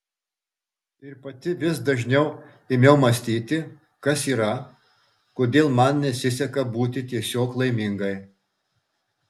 ir pati vis dažniau ėmiau mąstyti kas yra kodėl man nesiseka būti tiesiog laimingai